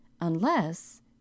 unless